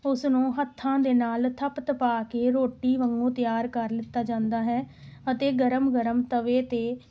ਉਸ ਨੂੰ ਹੱਥਾਂ ਦੇ ਨਾਲ ਥਪ ਥਪਾ ਕੇ ਰੋਟੀ ਵਾਂਗੂ ਤਿਆਰ ਕਰ ਲਿੱਤਾ ਜਾਂਦਾ ਹੈ ਅਤੇ ਗਰਮ ਗਰਮ ਤਵੇ 'ਤੇ